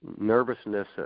Nervousness